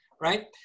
Right